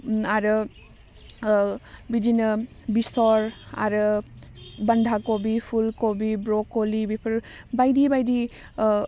आरो बिदिनो बिसर आरो बान्धा खबि फुल खबि ब्रखलि बेफोर बायदि बायदि